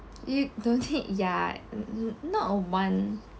you don't take ya n~ not a one